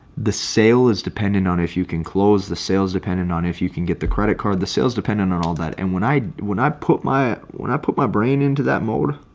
the sale is dependent on if you can close the sales dependent on if you can get the credit card the sales dependent on all that and when i when i put my when i put my brain into that mode.